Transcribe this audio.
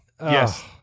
Yes